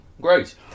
great